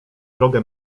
drogę